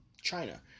China